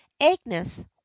Agnes